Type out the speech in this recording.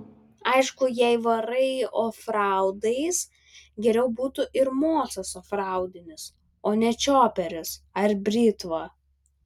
aišku jei varai ofraudais geriau būtų ir mocas ofraudinis o ne čioperis ar britva